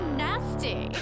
nasty